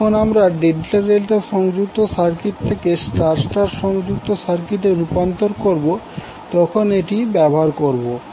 যখন আমরা delta delta সংযুক্ত সার্কিট থেকে স্টার স্টার সংযুক্ত সার্কিটে রূপান্তর করবো তখন এটি ব্যবহার করবো